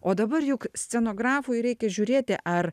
o dabar juk scenografui reikia žiūrėti ar